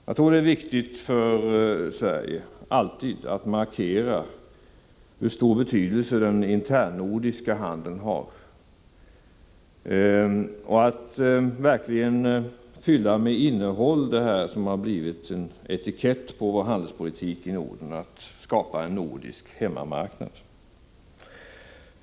Jag tror att det alltid är viktigt för Sverige att markera hur stor betydelse den internnordiska handeln har och att verkligen fylla med innehåll det som blivit en etikett på handelspolitik i Norden, nämligen att skapa en nordisk hemmamarknad.